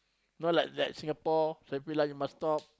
not like like Singapore traffic light must stop